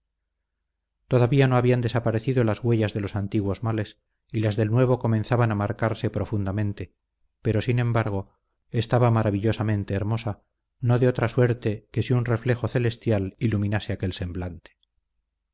todavía no habían desaparecido las huellas de los antiguos males y las del nuevo comenzaban a marcarse profundamente pero sin embargo estaba maravillosamente hermosa no de otra suerte que si un reflejo celestial iluminase aquel semblante